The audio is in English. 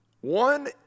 One